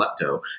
lepto